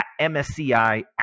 MSCI